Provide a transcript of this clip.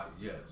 Yes